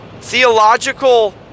theological